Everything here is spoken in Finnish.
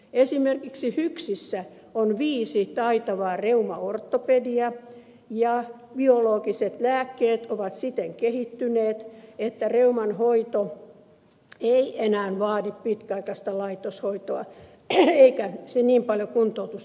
esimerkiksi hyksissä on viisi taitavaa reumaortopediä ja biologiset lääkkeet ovat siten kehittyneet että reuman hoito ei enää vaadi pitkäaikaista laitoshoitoa eikä niin paljon kuntoutusta kuin ennen